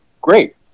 Great